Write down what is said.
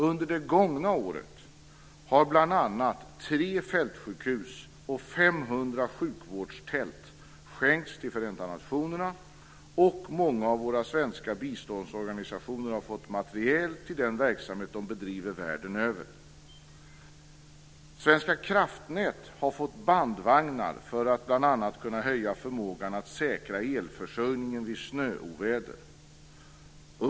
Under det gångna året har bl.a. tre fältsjukhus och 500 sjukvårdstält skänkts till Förenta nationerna, och många av våra svenska biståndsorganisationer har fått materiel till den verksamhet de bedriver världen över. Svenska Kraftnät har fått bandvagnar för att bl.a. kunna höja förmågan att säkra elförsörjningen vid snöoväder.